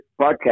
podcast